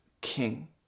king